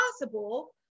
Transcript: possible